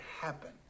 happen